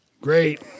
great